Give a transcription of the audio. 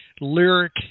lyric